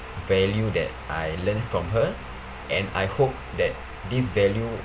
value that I learned from her and I hope that this value